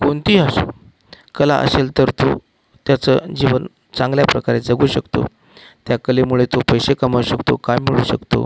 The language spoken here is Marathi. कोणतीही असो कला असेल तर तो त्याचं जीवन चांगल्याप्रकारे जगू शकतो त्या कलेमुळे तो पैसे कमावू शकतो काम मिळवू शकतो